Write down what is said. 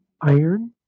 iron